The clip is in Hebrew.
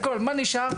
מה נשאר?